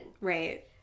Right